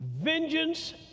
vengeance